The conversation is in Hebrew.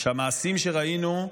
ושהמעשים שראינו,